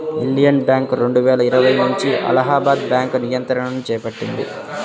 Indian Bank రెండువేల ఇరవై నుంచి అలహాబాద్ బ్యాంకు నియంత్రణను చేపట్టింది